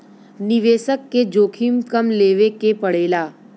निवेसक के जोखिम कम लेवे के पड़ेला